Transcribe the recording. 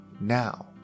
now